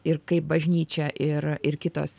ir kaip bažnyčia ir ir kitos